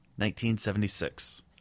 1976